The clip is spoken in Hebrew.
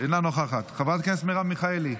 אינה נוכחת, חברת הכנסת מרב מיכאלי,